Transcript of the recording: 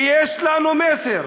כי יש לנו מסר,